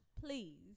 please